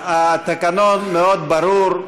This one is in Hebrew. התקנון מאוד ברור.